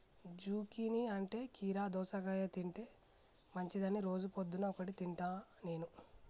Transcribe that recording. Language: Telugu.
జుకీనీ అంటే కీరా దోసకాయ తింటే మంచిదని రోజు పొద్దున్న ఒక్కటి తింటా నేను